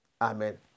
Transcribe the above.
Amen